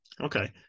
Okay